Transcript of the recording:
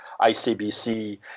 ICBC